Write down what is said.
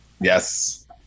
Yes